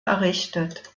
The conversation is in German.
errichtet